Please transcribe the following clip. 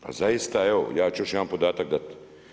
Pa zaista evo, ja ću još jedan podatak dati.